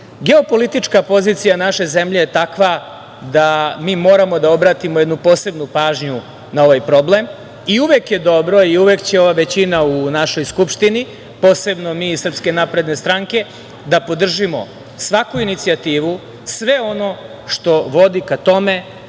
terorizma. Geopolitička pozicija naše zemlje je takva da mi moramo da obratimo jednu posebnu pažnju na ovaj problem. Uvek je dobro i uvek će ova većina u našoj Skupštini, posebno mi iz SNS, da podrži svaku inicijativu, sve ono što vodi ka tome